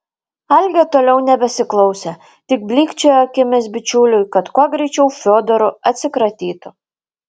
algė toliau nebesiklausė tik blykčiojo akimis bičiuliui kad kuo greičiau fiodoru atsikratytų